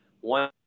one